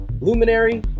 Luminary